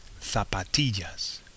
zapatillas